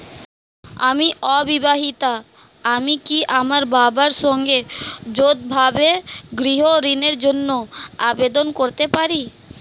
আমি অবিবাহিতা আমি কি আমার বাবার সঙ্গে যৌথভাবে গৃহ ঋণের জন্য আবেদন করতে পারি?